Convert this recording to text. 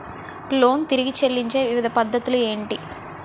Loan తిరిగి చెల్లించే వివిధ పద్ధతులు ఏంటి?